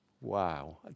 Wow